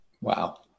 Wow